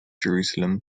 jerusalem